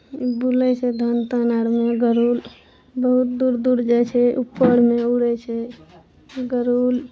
ओ बुलै छै धान तान आरमे गरुर बहुत दूर दूर जाइ छै उपरमे उड़ै छै गरुर